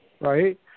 right